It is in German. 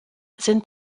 sind